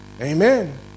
Amen